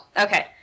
Okay